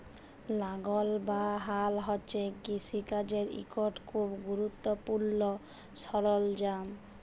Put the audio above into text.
লাঙ্গল বা হাল হছে কিষিকাজের ইকট খুব গুরুত্তপুর্ল সরল্জাম